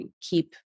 keep